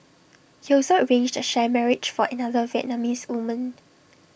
he also arranged A sham marriage for another Vietnamese woman